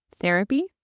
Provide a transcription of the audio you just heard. therapy